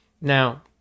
Now